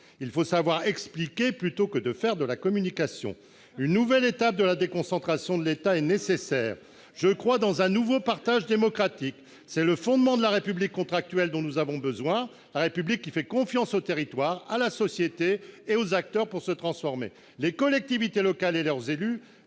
Il faut savoir expliquer plutôt que de faire de la communication. Une nouvelle étape de la déconcentration de l'État est nécessaire. Je crois dans un nouveau partage démocratique. C'est le fondement de la République contractuelle dont nous avons besoin, la République qui fait confiance aux territoires, à la société et aux acteurs pour se transformer. Les collectivités locales et leurs élus